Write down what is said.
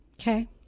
Okay